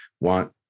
want